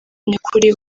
nyakuri